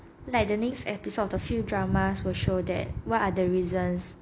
like the next episode of the few dramas will show that what are other reasons